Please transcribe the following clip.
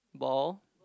bow